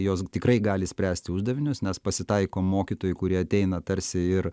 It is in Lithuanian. jos tikrai gali spręsti uždavinius nes pasitaiko mokytojai kurie ateina tarsi ir